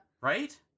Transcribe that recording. Right